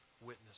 witness